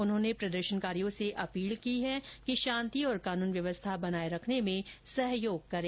उन्होंने प्रदर्शनकारियों से अपील की है कि शांति और कानून व्यवस्था बनाए रखने में सहयोग करें